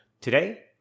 Today